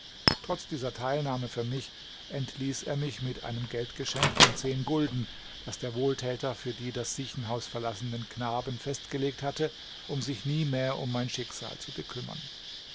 trotz dieser teilnahme für mich entließ er mich mit einem geldgeschenk von zehn gulden das der wohltäter für die das siechenhaus verlassenden knaben festgelegt hatte um sich nie mehr um mein schicksal zu bekümmern